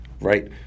Right